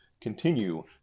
continue